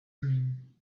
dream